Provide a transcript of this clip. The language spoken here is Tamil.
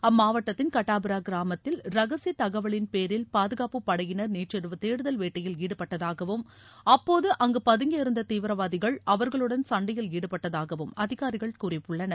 அம்மாவட்டத்தின் கட்டாபுரா கிராமத்தில் ரகசிய தகவலின்பேரில் பாதுகாப்பு படையினர் நேற்றிரவு தேடுதல் வேட்டையில் ஈடுபட்டதாகவும் அப்போது அங்கு பதுங்கி இருந்த தீவிரவாதிகள் அவர்களுடன் சண்டையில் ஈடுபட்டதாகவும் அதிகாரிகள் கூறியுள்ளனர்